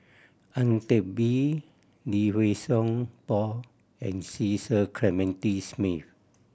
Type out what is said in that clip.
Ang Teck Bee Lee Wei Song Paul and Cecil Clementi Smith